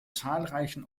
zahlreichen